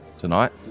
tonight